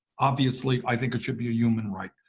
obviously, i think it should be a human right.